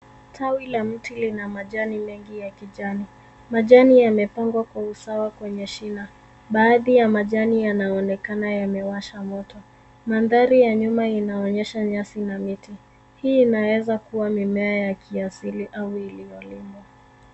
Tawi la mti lina majani mengi ya kijani, majani yamepangwa kwa usawa kwenye shina baadhi ya majani yanaonekana yamewasha moto. Mandhari ya nyuma inaonyesha nyasi na miti, hii inaweza kuwa mimea ya kiasili au iliyolimwa.